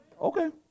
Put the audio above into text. Okay